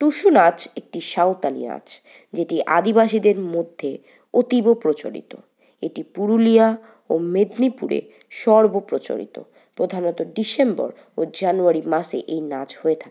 টুসু নাচ একটি সাঁওতালি নাচ যেটি আদিবাসীদের মধ্যে অতীব প্রচলিত এটি পুরুলিয়া ও মেদিনীপুরে সর্ব প্রচলিত প্রধানত ডিসেম্বর ও জানুয়ারী মাসে এই নাচ হয়ে থাকে